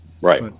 Right